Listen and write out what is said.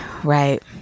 Right